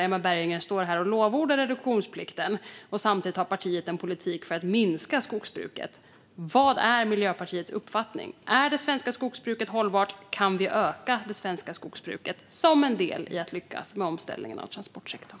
Emma Berginger står här och lovordar reduktionsplikten. Samtidigt har partiet en politik för att minska skogsbruket. Mina frågor blir slutligen: Vad är Miljöpartiets uppfattning? Är det svenska skogsbruket hållbart? Kan vi öka det svenska skogsbruket som en del i att lyckas med omställningen av transportsektorn?